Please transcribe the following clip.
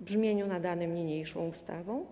w brzmieniu nadanym niniejszą ustawą.